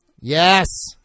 Yes